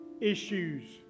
issues